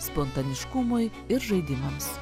spontaniškumui ir žaidimams